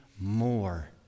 more